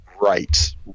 Right